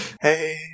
Hey